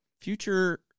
Future